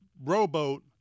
rowboat